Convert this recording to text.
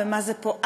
ומה זה פה,